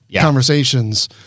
conversations